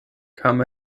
kam